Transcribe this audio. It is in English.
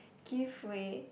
give way